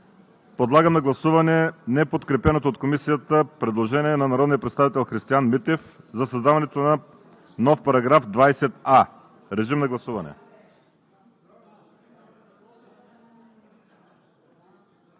Подлагам на гласуване неподкрепеното от Комисията предложение на народния представител Христиан Митев за създаването на нов § 20а. Гласували